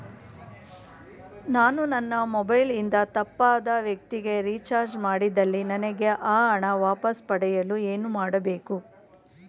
ನಾನು ನನ್ನ ಮೊಬೈಲ್ ಇಂದ ತಪ್ಪಾದ ವ್ಯಕ್ತಿಗೆ ರಿಚಾರ್ಜ್ ಮಾಡಿದಲ್ಲಿ ನನಗೆ ಆ ಹಣ ವಾಪಸ್ ಪಡೆಯಲು ಏನು ಮಾಡಬೇಕು?